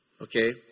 Okay